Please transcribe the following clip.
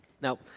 Now